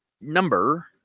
number